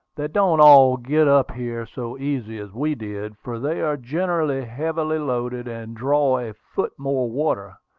they don't all get up here so easy as we did, for they are generally heavily loaded and draw a foot more water,